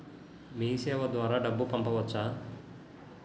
మీసేవ ద్వారా డబ్బు పంపవచ్చా?